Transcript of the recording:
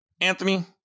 Anthony